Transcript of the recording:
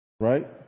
right